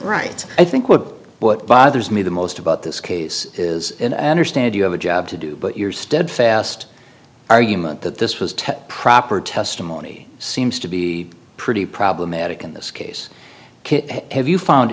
rights i think what bothers me the most about this case is understand you have a job to do but your steadfast argument that this was ted proper testimony seems to be pretty problematic in this case have you found